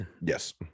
Yes